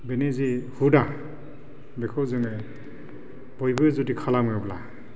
बेनि जे हुदा बेखौ जोङो बयबो जुदि खालामोब्ला